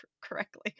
correctly